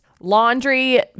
Laundry